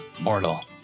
mortal